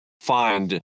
find